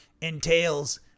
entails